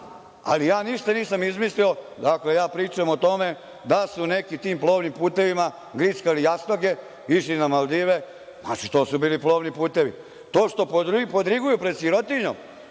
Ništa nisam izmislio. Ja pričam o tome da su neki tim plovnim putevima grickali jastoge, išli na Maldive. Znači, to su bili plovni putevi. To što podriguju pred sirotinjom